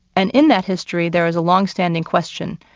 and in that history, there is a longstanding question,